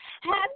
Happy